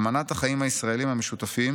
אמנת החיים הישראליים המשותפים